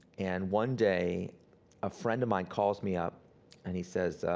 and one day a friend of mine calls me up and he says,